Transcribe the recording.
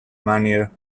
manner